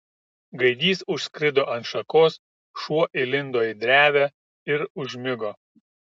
gaidys užskrido ant šakos šuo įlindo į drevę ir užmigo